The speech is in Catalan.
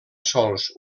sols